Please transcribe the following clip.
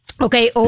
Okay